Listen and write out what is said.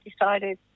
decided